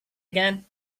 again